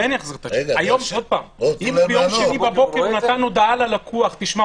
אם ביום שני בבוקר הוא נתן הודעה ללקוח: תשמע,